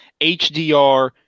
HDR